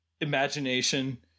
imagination